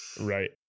Right